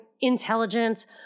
intelligence